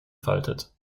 faltet